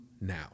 now